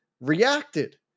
reacted